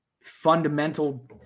fundamental